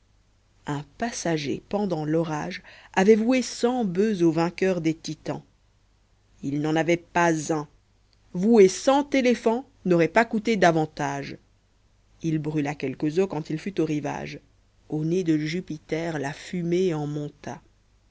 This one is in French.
un passager pendant l'orage avait voué cent bœufs au vainqueur des titans il n'en avait pas un vouer cent éléphants n'aurait pas coûté davantage il brûla quelques os quand il fut au rivage au nez de jupiter la fumée en monta